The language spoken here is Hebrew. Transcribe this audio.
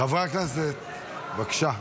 חברי הכנסת, בבקשה.